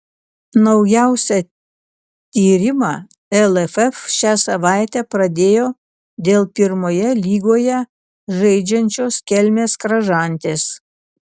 naujausią tyrimą lff šią savaitę pradėjo dėl pirmoje lygoje žaidžiančios kelmės kražantės